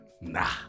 Nah